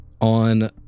On